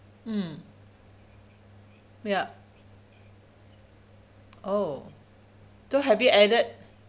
mm ya oh so have you added